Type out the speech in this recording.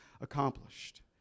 accomplished